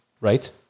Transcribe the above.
right